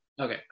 Okay